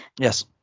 Yes